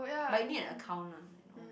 but you need an account ah and all